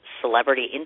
celebrity